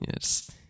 yes